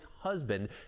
husband